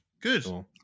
Good